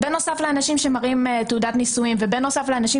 בנוסף לאנשים שמראים תעודת נישואים ובנוסף לאנשים